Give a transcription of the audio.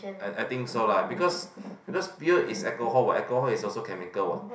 I I think so lah because because beer is alcohol what alcohol is also chemical what